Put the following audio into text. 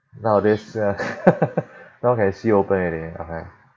nowadays uh now can see open already okay